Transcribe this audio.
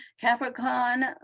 Capricorn